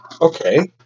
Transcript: Okay